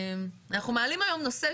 אצלנו לא היינו מעלים את המצגת.